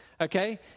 Okay